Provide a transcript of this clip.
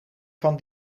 van